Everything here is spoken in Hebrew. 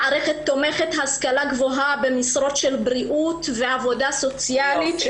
מערכת תומכת השכלה גבוהה במשרות של בריאות ועבודה סוציאלית,